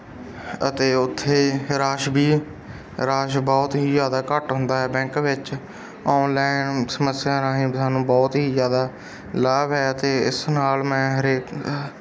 ਅਤੇ ਉੱਥੇ ਰਾਸ਼ ਵੀ ਰਾਸ਼ ਬਹੁਤ ਹੀ ਜ਼ਿਆਦਾ ਘੱਟ ਹੁੰਦਾ ਹੈ ਬੈਂਕ ਵਿੱਚ ਔਨਲਾਈਨ ਸਮੱਸਿਆ ਰਾਹੀਂ ਸਾਨੂੰ ਬਹੁਤ ਹੀ ਜ਼ਿਆਦਾ ਲਾਭ ਹੈ ਅਤੇ ਇਸ ਨਾਲ ਮੈਂ ਹਰੇਕ